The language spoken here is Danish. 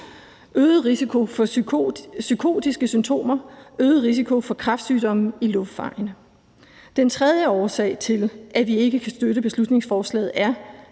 øget risiko for psykotiske symptomer og øget risiko for kræftsygdomme i luftvejene. Den tredje årsag til, at vi ikke kan støtte beslutningsforslaget, er,